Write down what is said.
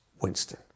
Winston